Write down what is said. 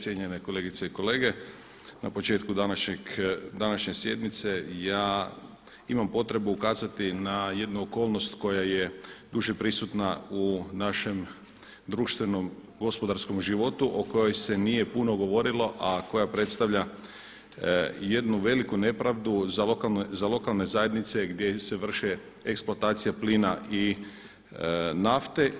Cijenjene kolegice i kolege na početku današnje sjednice ja imam potrebu ukazati na jednu okolnosti koja je duže prisutna u našem društvenom, gospodarskom životu o kojoj se nije puno govorilo a koja predstavlja jednu veliku nepravdu za lokalne zajednice gdje se vrše eksploatacija plina i nafte.